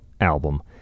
album